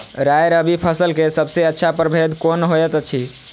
राय रबि फसल के सबसे अच्छा परभेद कोन होयत अछि?